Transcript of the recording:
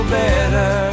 better